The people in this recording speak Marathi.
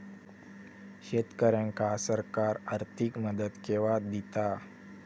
शेतकऱ्यांका सरकार आर्थिक मदत केवा दिता?